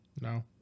No